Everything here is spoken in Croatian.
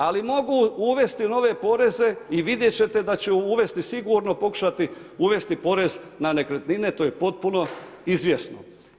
Ali mogu uvesti nove poreze i vidjet ćete da će uvesti sigurno, pokušati uvesti porez na nekretnine, to je potpuno izvjesno.